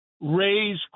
raise